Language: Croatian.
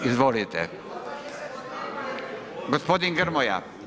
Izvolite gospodin Grmoja.